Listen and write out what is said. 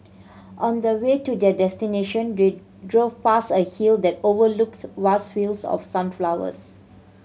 on the way to their destination they drove past a hill that overlooked vast fields of sunflowers